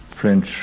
French